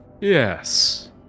yes